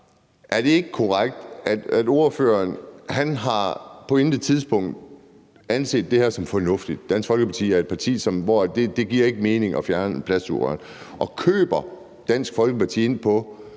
er det ikke korrekt, at ordføreren på intet tidspunkt har anset det her som fornuftigt? Dansk Folkeparti er et parti, for hvilket det ikke giver mening at fjerne plastsugerør. Og køber Dansk Folkeparti ind på